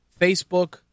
Facebook